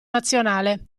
nazionale